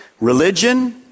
Religion